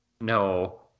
No